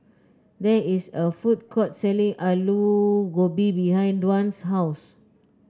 there is a food court selling Aloo Gobi behind Dwan's house